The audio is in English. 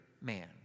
man